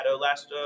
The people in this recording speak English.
last